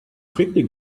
quickly